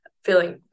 feeling